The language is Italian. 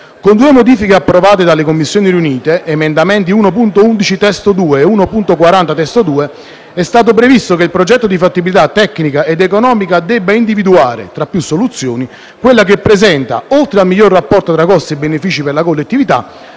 Con due modifiche approvate dalle Commissioni riunite (emendamenti 1.11 (testo 2) e 1.40 (testo 2)) è stato previsto che il progetto di fattibilità tecnica ed economica debba individuare, tra più soluzioni, quella che presenta - oltre al miglior rapporto tra costi e benefici per la collettività